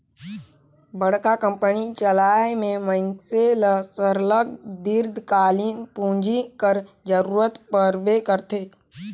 बड़का कंपनी चलाए में मइनसे ल सरलग दीर्घकालीन पूंजी कर जरूरत परबे करथे